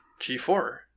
G4